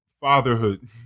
fatherhood